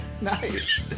Nice